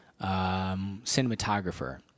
Cinematographer